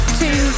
two